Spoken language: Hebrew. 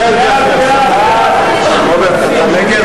סעיף 46,